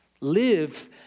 Live